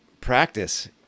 practice